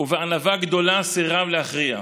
ובענווה גדולה סירב להכריע,